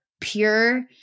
pure